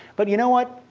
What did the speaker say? but you know what?